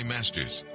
Masters